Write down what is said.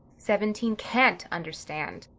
seventeen can't understand.